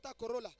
Corolla